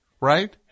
Right